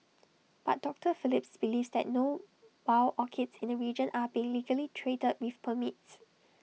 but doctor Phelps believes that no wild orchids in the region are being legally traded with permits